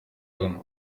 john